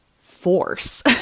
force